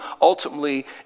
ultimately